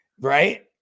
right